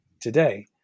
Today